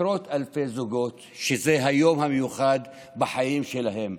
עשרות אלפי זוגות, שזה היום המיוחד בחיים שלהם.